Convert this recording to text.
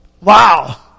Wow